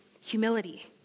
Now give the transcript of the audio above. humility